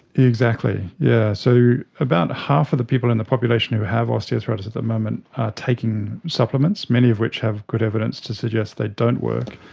exactly, yes. yeah so about half of the people in the population who have osteoarthritis at the moment are taking supplements, many of which have good evidence to suggest they don't work.